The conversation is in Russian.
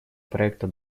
проекта